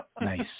Nice